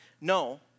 No